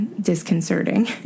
disconcerting